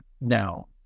Now